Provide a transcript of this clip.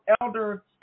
Elder